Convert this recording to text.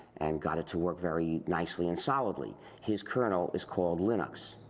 and got it to work very nicely and solidly. his kernel is called linux.